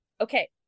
okay